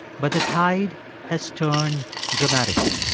but the tide has turned dramatically